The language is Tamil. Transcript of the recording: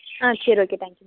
ஆ சரி ஓகே தேங்க்யூங்க